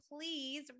please